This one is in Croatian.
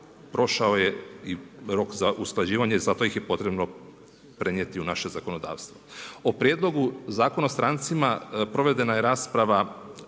prošao je rok za usklađivanje zato ih je potrebno prenijeti u naše zakonodavstvo. O prijedlogu Zakona o strancima provedena je rasprava